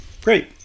Great